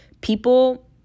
people